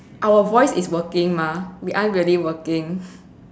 our voice is working mah we aren't really working